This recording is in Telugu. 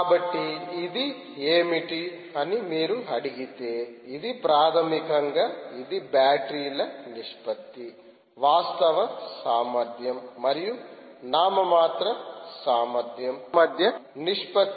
కాబట్టి ఇది ఏమిటి అని మీరు అడిగితే ఇది ప్రాథమికంగా ఇది బ్యాటరీల నిష్పత్తివాస్తవ సామర్థ్యం మరియు నామమాత్ర సామర్థ్యం మధ్య నిష్పత్తి